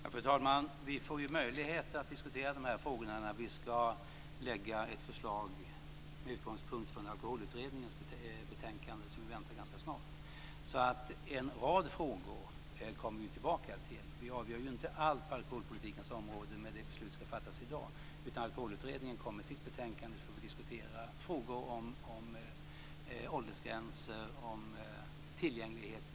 Fru talman! Vi får ju möjlighet att diskutera dessa frågor när vi ska lägga fram förslag med utgångspunkt från Alkoholberedningens betänkande som väntas ganska snart. Det är alltså en rad frågor som vi kommer tillbaka till.